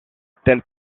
telles